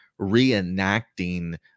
reenacting